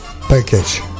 Package